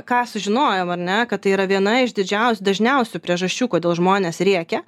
ką sužinojau ar ne kad tai yra viena iš didžiausių dažniausių priežasčių kodėl žmonės rėkia